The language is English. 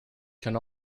can